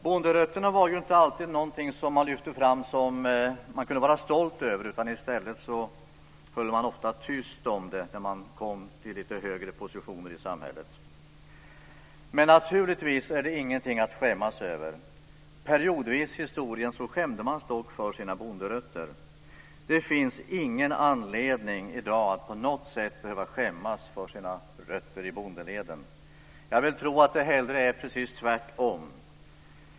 Bonderötterna var inte alltid någonting som man lyfte fram som någonting att vara stolt över. I stället höll man ofta tyst om det när man kom till lite högre positioner i samhället. Men naturligtvis är det ingenting att skämmas över. Periodvis i historien har man dock skämts över sina bonderötter. Det finns ingen anledning i dag att på något sätt behöva skämmas för sina rötter i bondeleden! Jag vill hellre tro att det är precis tvärtom.